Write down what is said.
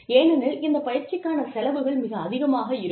ஏனெனில் இந்த பயிற்சிக்கான செலவுகள் மிக அதிகமாக இருக்கும்